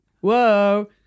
Whoa